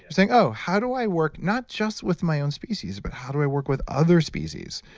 saying, oh, how do i work not just with my own species, but how do i work with other species?